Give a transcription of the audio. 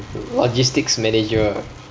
logistics manager